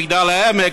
מגדל-העמק,